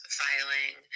filing